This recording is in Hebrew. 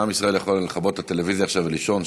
עם ישראל יכול לכבות את הטלוויזיה עכשיו ולישון.